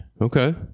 Okay